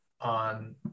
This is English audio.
on